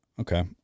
Okay